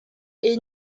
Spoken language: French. est